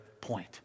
point